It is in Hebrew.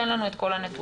תן לנו את כל הנתונים.